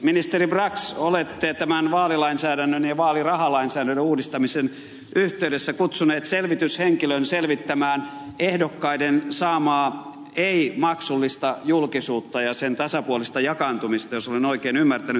ministeri brax olette tämän vaalilainsäädännön ja vaalirahalainsäädännön uudistamisen yhteydessä kutsunut selvityshenkilön selvittämään ehdokkaiden saamaa ei maksullista julkisuutta ja sen tasapuolista jakaantumista jos olen oikein ymmärtänyt